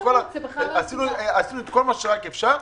עשינו כל מה שרק אפשר.